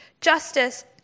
justice